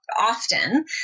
often